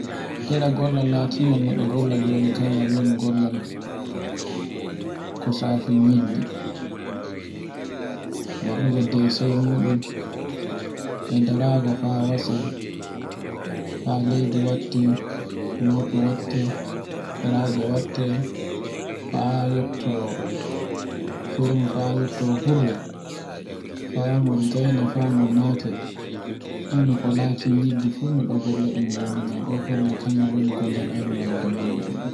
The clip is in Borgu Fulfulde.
Era gollal latingal moɗo gollal joni kan woni gollal, ko safi nyiddi. Waɗogo desemoɗon e darajo fawase, fa leydi watte lope watte, peraje watte, haa yotte firmo haa firmo haaa yotte hurre. Fangol gayni fa ngol nate fu no ngo late yidde fu miɗo gollengal, ngal woni wadannangal ngallan joni.